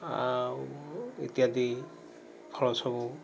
ଆଉ ଇତ୍ୟାଦି ଫଳ ସବୁ